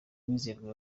mwizerwa